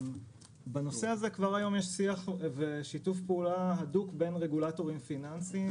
בנושא הזה כבר היום יש שיח ושיתוף פעולה הדוק בין רגולטורים פיננסיים